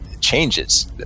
changes